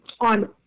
on